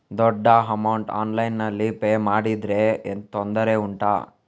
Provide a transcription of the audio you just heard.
ದೊಡ್ಡ ಅಮೌಂಟ್ ಆನ್ಲೈನ್ನಲ್ಲಿ ಪೇ ಮಾಡಿದ್ರೆ ತೊಂದರೆ ಉಂಟಾ?